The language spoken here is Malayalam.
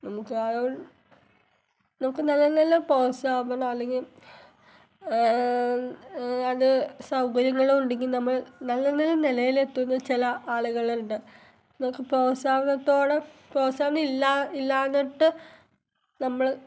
നമുക്ക് നമുക്ക് നല്ല നല്ല പ്രോത്സാഹനം അല്ലെങ്കിൽ അല്ലാണ്ട് സൗകര്യങ്ങളുമുണ്ടെങ്കിൽ നമ്മൾ നല്ല നല്ല നിലയിൽ എത്തുന്ന ചില ആളുകളുണ്ട് നമുക്ക് പ്രോത്സാഹനത്തോടെ പ്രോത്സാഹനം ഇല്ല ഇല്ലാഞ്ഞിട്ട് നമ്മൾ